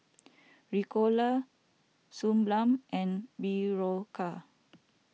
Ricola Suu Balm and Berocca